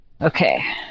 Okay